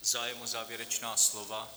Zájem o závěrečná slova?